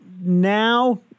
Now